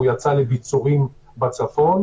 הוא יצא לביצורים בצפון.